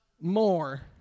more